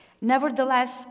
Nevertheless